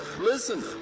Listen